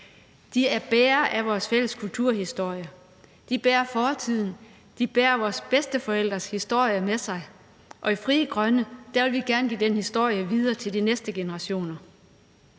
De er bærere af vores fælles kulturhistorie. De bærer fortiden, de bærer vores bedsteforældres historie med sig, og i Frie Grønne vil vi gerne give den historie videre til de næste generationer.